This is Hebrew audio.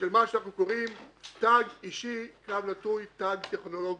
של מה שאנחנו קוראים לו תו אישי/ תו טכנולוגי,